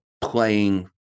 playing